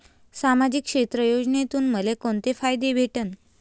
सामाजिक क्षेत्र योजनेतून मले कोंते फायदे भेटन?